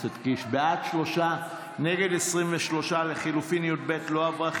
בעד, שלושה, נגד, 23. לחלופין י"ב לא עברה.